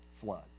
flood